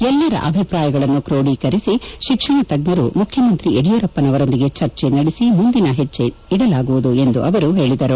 ಎಲ್ಲರ ಅಭಿಪ್ರಾಯಗಳನ್ನು ಕ್ರೋಧಿಕರಿಸಿ ಶಿಕ್ಷಣ ತಜ್ಞರು ಮುಖ್ಯಮಂತ್ರಿ ಯದಿಯೂರಪ್ಪರವರೊಂದಿಗೆ ಚರ್ಚೆ ನಡೆಸಿ ಮುಂದಿನ ಹೆಜ್ಜೆ ಇಡಲಾಗುವುದು ಎಂದು ವರು ಹೇಳಿದರು